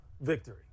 victory